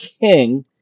King